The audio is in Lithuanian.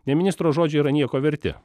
nei ministro žodžiai yra nieko verti